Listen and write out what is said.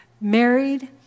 married